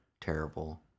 terrible